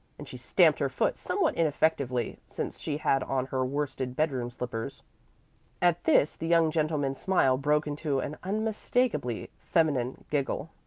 and she stamped her foot somewhat ineffectively, since she had on her worsted bedroom slippers at this the young gentleman's smile broke into an unmistakably feminine giggle.